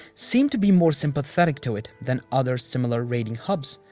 seem to be more sympathetic to it than other similar raiding hubs.